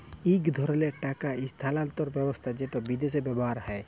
ইক ধরলের টাকা ইস্থালাল্তর ব্যবস্থা যেট বিদেশে ব্যাভার হ্যয়